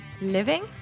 living